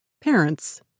Parents